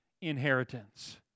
inheritance